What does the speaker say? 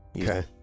Okay